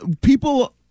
People